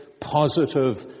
positive